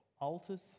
altars